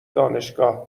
دانشگاهمی